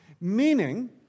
Meaning